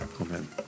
Amen